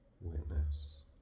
witness